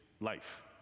life